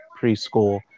preschool